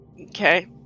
Okay